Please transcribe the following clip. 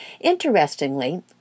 Interestingly